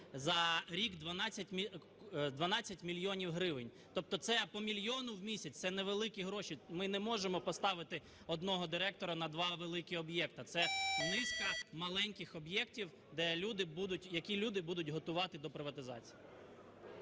за рік 12 мільйонів гривень. Тобто це по мільйону в місяць, це невеликі гроші, ми не можемо поставити одного директора на два великі об'єкта. Це низка маленьких об'єктів, які люди будуть готувати до приватизації.